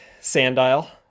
Sandile